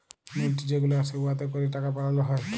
মিল্ট যে গুলা আসে উয়াতে ক্যরে টাকা বালাল হ্যয়